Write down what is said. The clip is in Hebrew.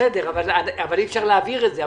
בסדר, אבל אי אפשר להעביר את זה.